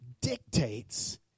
dictates